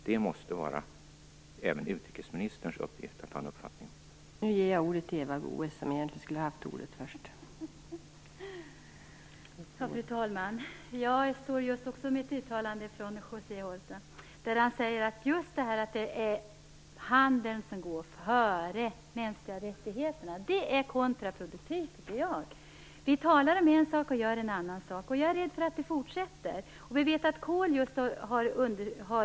Det måste vara utrikesministerns uppgift att ha en uppfattning om det.